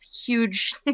huge